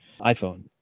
iPhone